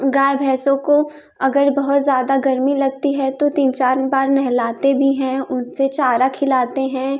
गाय भैंसों को अगर बहुत ज़्यादा गर्मी लगती है तो तीन चार बार नहलाते भी है उनसे चारा खिलाते हैं